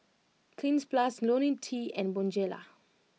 Cleanz Plus Ionil T and Bonjela